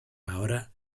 ahora